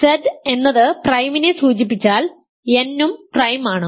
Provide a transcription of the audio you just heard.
Z എന്നത് പ്രൈമിനെ സൂചിപ്പിച്ചാൽ n ഉo പ്രൈം ആണ്